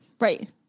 Right